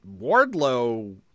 Wardlow